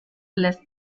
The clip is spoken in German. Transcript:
lässt